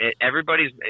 Everybody's